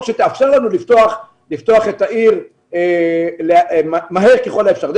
שתאפשר לנו לפתוח את העיר מהר ככל האפשר.